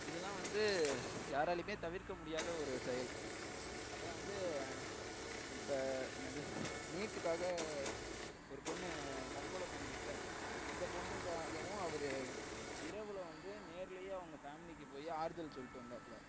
இதெல்லாம் வந்து யாராலேயுமே தவிர்க்க முடியாத ஒரு செயல் அப்புறம் வந்து இப்போ என்னது நீட்டுக்காக ஒரு பொண்ணு தற்கொலை பண்ணிக்கிட்டுல்லை அந்த பொண்ணுக்காகவும் அவரு இரவில் வந்து நேரிலேயே அவங்க ஃபேமிலிக்கு போய் ஆறுதல் சொல்லிட்டு வந்தாப்ல